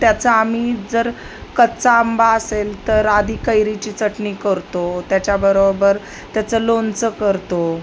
त्याचं आम्ही जर कच्चा आंबा असेल तर आधी कैरीची चटणी करतो त्याच्याबरोबर त्याचं लोणचं करतो